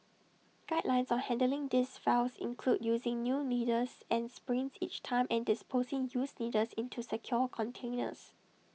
guidelines on handling these vials include using new needles and syringes each time and disposing used needles into secure containers